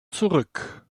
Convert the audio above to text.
zurück